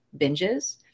binges